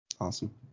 Awesome